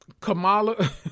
Kamala